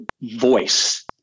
voice